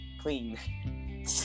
clean